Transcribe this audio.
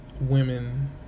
women